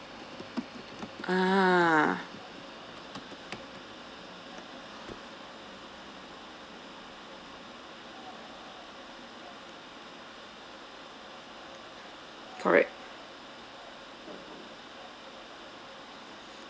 ah correct